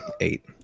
eight